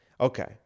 Okay